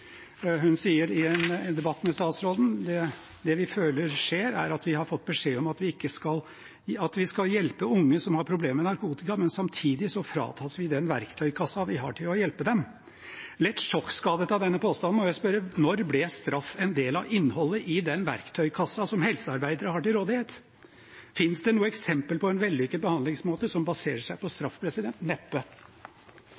Hun sier i en debatt med statsråden at det de føler skjer, er at de har fått beskjed om at de skal hjelpe unge som har problem med narkotika, men samtidig fratas de verktøykassen de har til å hjelpe dem. Litt sjokkskadet av denne påstanden må jeg spørre: Når ble straff en del av innholdet i den verktøykassen som helsearbeidere har til rådighet? Finnes det noe eksempel på en vellykket behandlingsmåte som baserer seg på